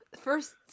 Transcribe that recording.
First